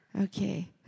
Okay